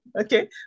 Okay